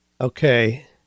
okay